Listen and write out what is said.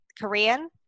Korean